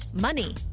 Money